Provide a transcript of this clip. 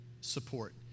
support